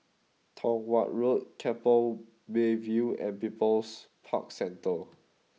Tong Watt Road Keppel Bay View and People's Park Centre